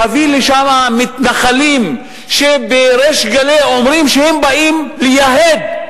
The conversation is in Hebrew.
להביא לשם מתנחלים שבריש גלי אומרים שהם באים לייהד?